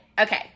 Okay